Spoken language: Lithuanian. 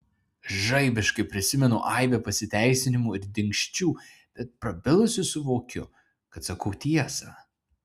žaibiškai prisimenu aibę pasiteisinimų ir dingsčių bet prabilusi suvokiu kad sakau tiesą